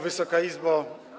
Wysoka Izbo!